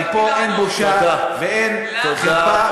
אבל פה אין בושה ואין חרפה,